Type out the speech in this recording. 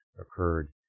occurred